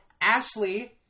Ashley